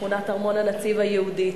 משכונת ארמון-הנציב היהודית.